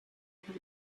have